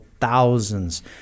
thousands